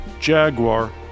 Jaguar